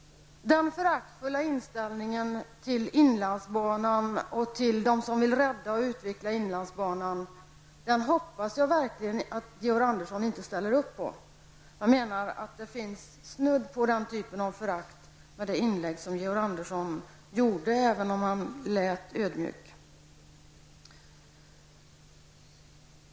Den föraktfulla inställningen till inlandsbanan och till dem som vill rädda och utveckla den hoppas jag verkligen att Georg Andersson inte ställer sig bakom. Jag menar att det finns snudd på den typen av förakt i det inlägg som Georg Andersson gjorde även om han lät ödmjuk.